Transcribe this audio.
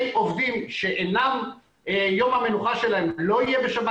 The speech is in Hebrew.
עובדים שיום המנוחה שלהם לא יהיה בשבת.